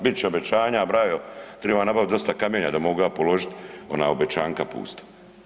Bit će obećanja brajo, triba nabaviti dosta kamenja da mogu ja položiti ona obećanja pusta.